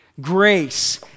Grace